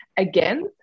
again